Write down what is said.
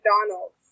McDonald's